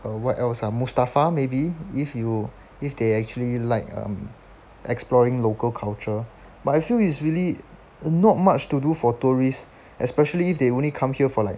what else ah mustafa maybe if you if they actually like exploring local culture but I feel it's really not much to do for tourists especially if they only come here for like